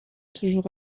toujours